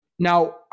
Now